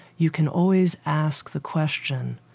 you can always ask the question,